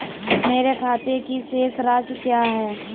मेरे खाते की शेष राशि क्या है?